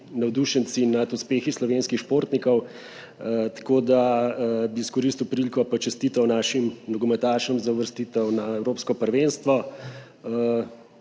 navdušenci nad uspehi slovenskih športnikov, tako da bi izkoristil priliko pa čestital našim nogometašem za uvrstitev na evropsko prvenstvo.